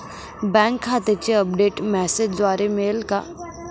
Bank खात्याचे update मेसेजद्वारे मिळेल का?